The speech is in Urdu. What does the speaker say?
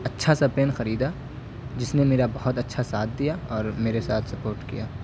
اچھا سا پین خریدا جس نے میرا بہت اچھا ساتھ دیا اور میرے ساتھ بہت سپورٹ کیا